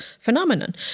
phenomenon